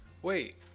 Wait